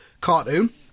cartoon